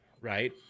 right